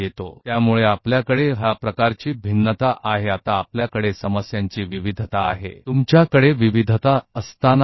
इसलिए हमारे पास इस प्रकार की विविधता है अब जब हमारे पास समस्या की विविधता है तो समस्या क्या है जब आपके पास विविधता है